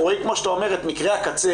אנחנו רואים כמו שאתה אומר את מקרי הקצה.